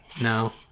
no